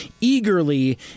eagerly